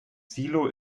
silo